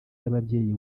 y’ababyeyi